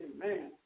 Amen